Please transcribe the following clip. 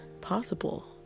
possible